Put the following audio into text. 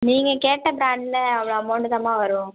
நீங்கள் கேட்ட ப்ராண்ட்டில் அவ்வளோ அமௌன்ட்டு தாம்மா வரும்